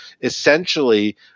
Essentially